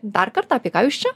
dar kartą apie ką jūs čia